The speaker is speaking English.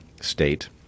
state